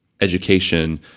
education